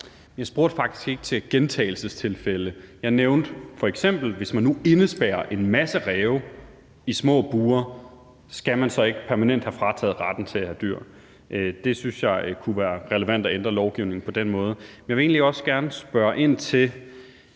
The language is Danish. Jeg spurgte faktisk ikke til gentagelsestilfælde. Jeg nævnte, at hvis man nu f.eks. indespærrer en masse ræve i små bure, om man så ikke permanent skal have frataget retten til at have dyr. Der synes jeg, at det kunne være relevant at ændre lovgivningen på den måde. Jeg vil egentlig også gerne spørge ind til